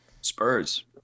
Spurs